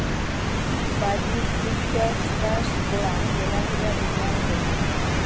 বাজি ফুল চাষবাস করাং মেলাগিলা বীমার হই